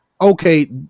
Okay